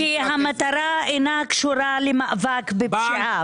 כי המטרה לא קשורה למאבק בפשיעה.